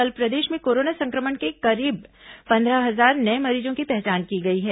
कल प्रदेश में कोरोना संक्रमण के करीब पंद्रह हजार नए मरीजों की पहचान की गई है